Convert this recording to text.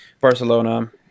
Barcelona